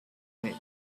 late